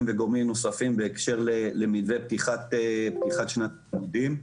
וגורמים נוספים בהקשר למתווה פתיחת שנת הלימודים.